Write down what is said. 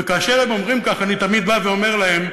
וכאשר הם אומרים כך, אני תמיד בא ואומר להם: